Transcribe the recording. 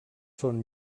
són